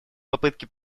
попытке